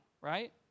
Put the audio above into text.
right